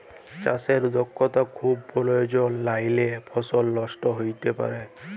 চাষে দক্ষতা খুব পরয়োজল লাহলে ফসল লষ্ট হ্যইতে পারে